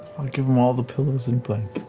give him all the pillows and blankets.